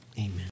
Amen